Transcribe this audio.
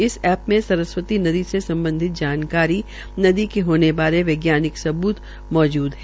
उस ऐ में सरस्वती नदी से सम्बधित जानकारी नदी के होने के बारे वैज्ञानिक सबूत मौजूद है